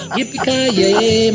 Yippee-ki-yay